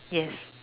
yes